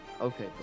Okay